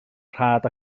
rhad